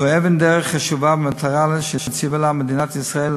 זוהי אבן דרך חשובה במטרה שהציבה לה מדינת ישראל,